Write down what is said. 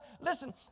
listen